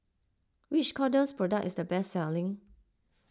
which Kordel's product is the best selling